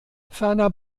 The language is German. ferner